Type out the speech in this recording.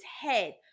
head